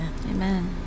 Amen